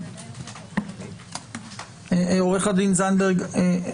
עורך הדין זנדברג,